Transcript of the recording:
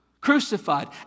crucified